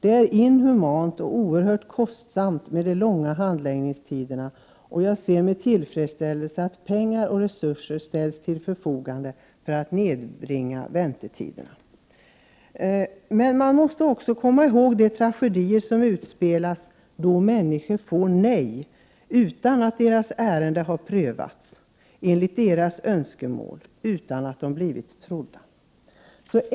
Det är ju inhumant och oerhört kostsamt att ha så långa handläggningstider. Jag ser därför med tillfredsställelse att pengar och resurser ställs till förfogande för att väntetiderna skall kunna förkortas. Men man måste också ha i åtanke de tragedier som utspelas då människor får nej utan att deras ärende har prövats enligt deras önskemål och utan att de har blivit trodda.